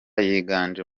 yiganje